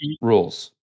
rules